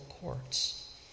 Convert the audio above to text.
courts